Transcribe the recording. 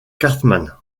cartman